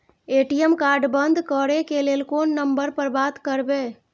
ATM card बंद करे के लेल कोन नंबर पर बात करबे?